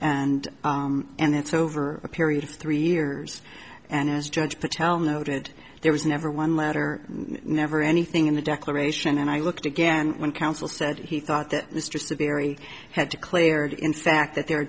and and it's over a period of three years and as judge patel noted there was never one letter never anything in the declaration and i looked again when counsel said he thought it was just a very had declared in fact that the